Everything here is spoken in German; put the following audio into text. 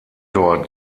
dort